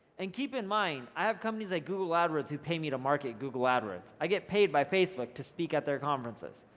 and keep in mind, i have companies like google ah adwords who pay me to market google adwords. i get paid by facebook to speak at their conferences.